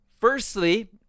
firstly